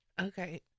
Okay